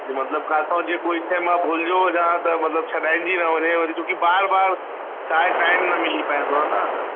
जे मतिलबु किथां जे कोई शइ मां भुलिजो हुजां त मतिलबु छॾाइजी न वञे वरी छो की बार बार छा आहे टाइम न मिली पवंदो आहे न दा